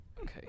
Okay